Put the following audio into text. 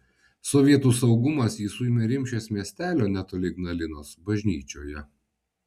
sovietų saugumas jį suėmė rimšės miestelio netoli ignalinos bažnyčioje